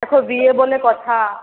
দেখো বিয়ে বলে কথা